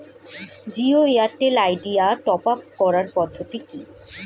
Jio Airtel Idea top up করার পদ্ধতি কি?